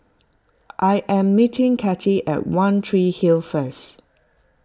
I am meeting Kathey at one Tree Hill first